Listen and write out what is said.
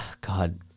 god